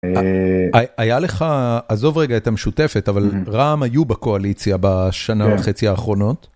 היה לך, עזוב רגע את המשותפת, אבל רע"ם היו בקואליציה בשנה וחצי האחרונות.